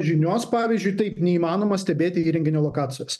žinios pavyzdžiui taip neįmanoma stebėti įrenginio lokacijos